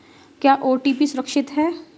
क्या ओ.टी.पी सुरक्षित है?